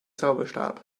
zauberstab